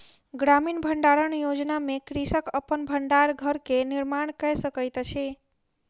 ग्रामीण भण्डारण योजना में कृषक अपन भण्डार घर के निर्माण कय सकैत अछि